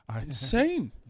Insane